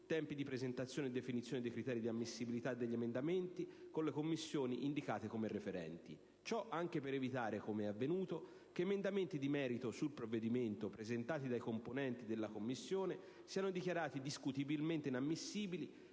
tempi di presentazione e definizione dei criteri di ammissibilità degli emendamenti con le Commissioni indicate come referenti. Ciò anche per evitare, come è avvenuto, che emendamenti di merito sul provvedimento, presentati dai componenti della Commissione, siano dichiarati discutibilmente inammissibili